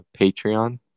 Patreon